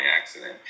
accident